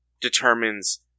determines